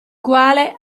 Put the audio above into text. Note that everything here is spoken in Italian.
quale